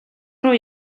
руу